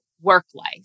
work-life